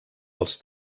els